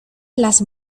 las